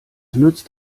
nützt